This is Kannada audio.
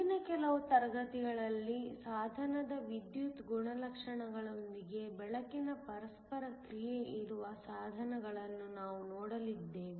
ಮುಂದಿನ ಕೆಲವು ತರಗತಿಗಳಲ್ಲಿ ಸಾಧನದ ವಿದ್ಯುತ್ ಗುಣಲಕ್ಷಣಗಳೊಂದಿಗೆ ಬೆಳಕಿನ ಪರಸ್ಪರ ಕ್ರಿಯೆ ಇರುವ ಸಾಧನಗಳನ್ನು ನಾವು ನೋಡಲಿದ್ದೇವೆ